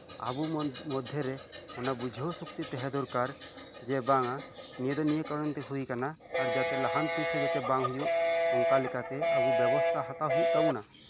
ᱟᱵᱚ ᱢᱚᱫᱽᱫᱷᱮᱨᱮ ᱚᱱᱟ ᱵᱩᱡᱷᱟᱹᱣ ᱥᱚᱠᱛᱤ ᱛᱟᱦᱮᱸ ᱫᱚᱨᱠᱟᱨ ᱡᱮ ᱱᱤᱭᱟᱹ ᱫᱚ ᱱᱤᱭᱟᱹ ᱠᱟᱨᱚᱱᱛᱮ ᱦᱳᱭ ᱟᱠᱟᱱᱟ ᱡᱮ ᱟᱨ ᱡᱟᱛᱮ ᱞᱟᱦᱟᱱᱛᱤ ᱥᱮᱫ ᱡᱟᱛᱮ ᱵᱟᱝ ᱦᱳᱭᱳᱜ ᱚᱱᱠᱟ ᱞᱮᱠᱟᱛᱮ ᱟᱵᱚ ᱵᱮᱵᱚᱥᱛᱷᱟ ᱦᱟᱛᱟᱣ ᱦᱳᱭᱳᱜ ᱛᱟᱵᱚᱱᱟ